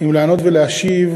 אם לעלות ולהשיב,